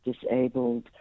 disabled